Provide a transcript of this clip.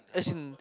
as in